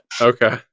Okay